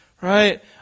right